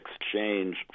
exchange